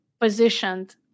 positioned